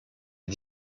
est